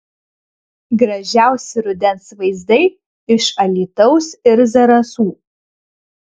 gražiausi rudens vaizdai iš alytaus ir zarasų